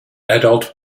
adult